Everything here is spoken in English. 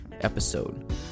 episode